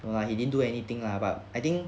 ah he didn't do anything lah but I think